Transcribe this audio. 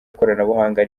ikoranabuhanga